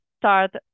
start